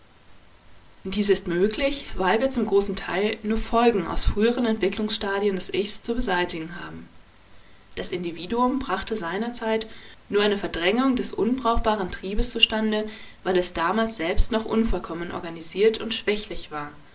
dies ist möglich weil wir zum großen teil nur folgen aus früheren entwicklungsstadien des ichs zu beseitigen haben das individuum brachte seinerzeit nur eine verdrängung des unbrauchbaren triebes zu stande weil es damals selbst noch unvollkommen organisiert und schwächlich war